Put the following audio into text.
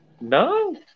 No